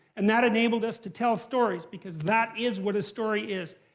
and that enabled us to tell stories because that is what a story is,